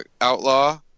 Outlaw